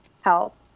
help